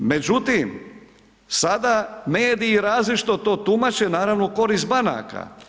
Međutim, sada mediji različito to tumače naravno u korist banaka.